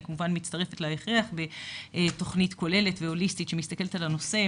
אני כמובן מצטרפת להכרח בתוכנית כוללת והוליסטית שמתסכלת על הנושא.